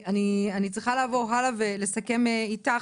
אני צריכה לעבור הלאה ולסכם איתך.